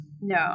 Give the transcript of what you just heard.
No